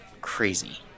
crazy